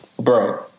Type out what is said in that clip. bro